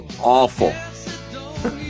awful